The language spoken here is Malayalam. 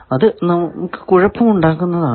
അത് നമുക്ക് കുഴപ്പം ഉണ്ടാക്കുന്നതാണ്